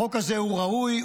החוק הזה הוא ראוי,